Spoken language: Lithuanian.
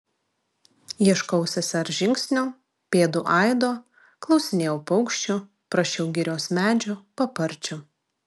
ieškojau sesers žingsnių pėdų aido klausinėjau paukščių prašiau girios medžių paparčių